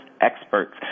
experts